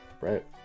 Right